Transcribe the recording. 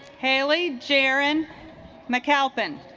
haley jaron mcalpin